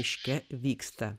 miške vyksta